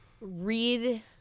Read